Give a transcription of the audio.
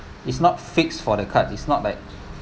it's not fixed for the card is not like